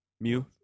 Mew